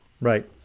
Right